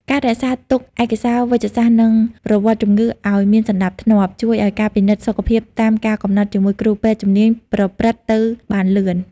ការរក្សាទុកឯកសារវេជ្ជសាស្ត្រ និងប្រវត្តិជំងឺឱ្យមានសណ្តាប់ធ្នាប់ ជួយឱ្យការពិនិត្យសុខភាពតាមកាលកំណត់ជាមួយគ្រូពេទ្យជំនាញប្រព្រឹត្តទៅបានលឿន។